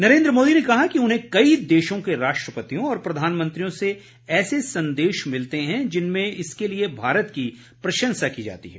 नरेन्द्र मोदी ने कहा कि उन्हें कई देशों के राष्ट्रपतियों और प्रधानमंत्रियों से ऐसे संदेश मिलते हैं जिनमें इसके लिए भारत की प्रशंसा की जाती है